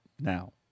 now